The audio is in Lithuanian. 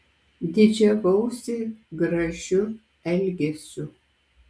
didžiavausi gražiu elgesiu